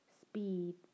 speed